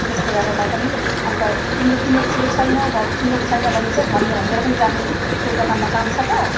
त्यस्तै गरेर म पनि अन्त तिमीले किनेको छौ कि छैनौ किनेको छैन भने चाहिँ भन्नु मेरो पनि जाने त्यो दोकानमा काम छ त